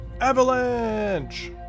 Avalanche